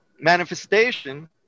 manifestation